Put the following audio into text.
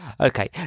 okay